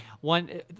one